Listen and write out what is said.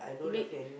make